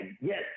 Yes